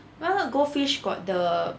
well the goldfish got the